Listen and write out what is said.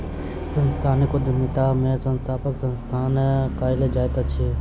सांस्थानिक उद्यमिता में संस्थानक स्थापना कयल जाइत अछि